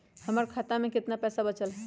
हमर खाता में केतना पैसा बचल हई?